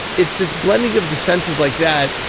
it's this blending of the senses like that,